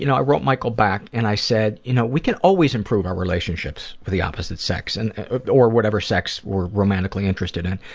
you know i wrote michael back, and i said, you know we can always improve our relationships with the opposite sex and or whatever sex we're romantically interested in,